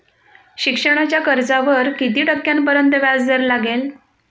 शिक्षणाच्या कर्जावर किती टक्क्यांपर्यंत व्याजदर लागेल?